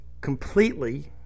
completely